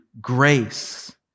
grace